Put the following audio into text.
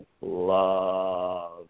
love